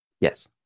Yes